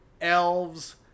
elves